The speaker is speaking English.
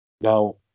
Now